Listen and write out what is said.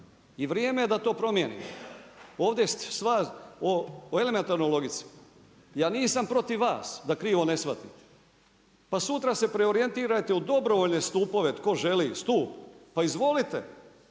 i vrijeme je da to promijenimo. Ovdje je stvar o elementarnoj logici. Ja nisam protiv vas, da krivo ne shvatite. Pa sutra se preorijentirajte u dobrovoljne stupove, tko želi stup, pa izvolite.